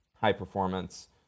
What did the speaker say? high-performance